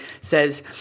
says